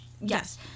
Yes